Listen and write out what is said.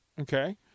Okay